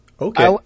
Okay